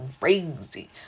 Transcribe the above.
crazy